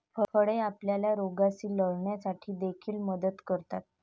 फळे आपल्याला रोगांशी लढण्यासाठी देखील मदत करतात